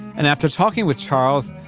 and after talking with charles,